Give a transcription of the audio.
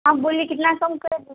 آپ بولیے کتنا کم کریں پھر